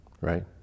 right